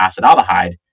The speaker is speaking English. acetaldehyde